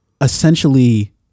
essentially